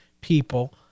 people